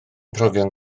profion